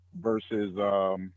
Versus